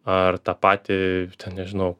ar tą patį nežinau